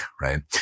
right